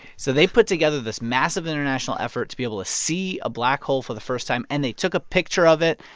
so they put together this massive international effort to be able to see a black hole for the first time, and they took a picture of it.